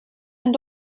aan